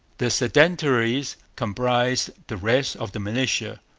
the sedentaries comprised the rest of the militia.